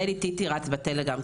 ליידי טיטי רץ בטלגרם.